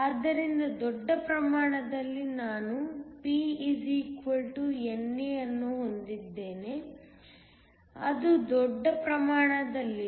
ಆದ್ದರಿಂದ ದೊಡ್ಡ ಪ್ರಮಾಣದಲ್ಲಿ ನಾನು P NA ಅನ್ನು ಹೊಂದಿದ್ದೇನೆ ಅದು ದೊಡ್ಡ ಪ್ರಮಾಣದಲ್ಲಿದೆ